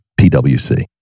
PwC